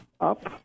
up